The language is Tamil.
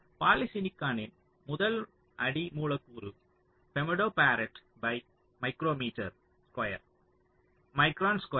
பாலிசிலிகானின் முதல் அடி மூலக்கூறு femto farad by micrometer square micron square